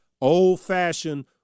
old-fashioned